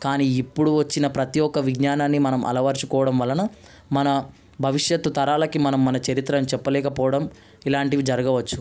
కానీ ఇప్పుడు వచ్చిన ప్రతి ఒక్క విజ్ఞానాన్ని మనం అలవర్చుకోవడం వలన మన భవిష్యత్తు తరాలకి మనం మన చరిత్ర అని చెప్పలేకపోవడం ఇలాంటివి జరగవచ్చు